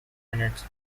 minutes